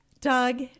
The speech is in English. Doug